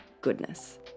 goodness